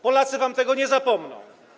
Polacy wam tego nie zapomną.